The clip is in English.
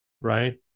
Right